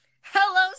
Hello